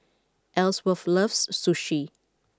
Ellsworth loves Sushi